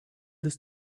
this